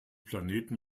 planeten